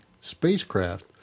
spacecraft